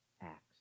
acts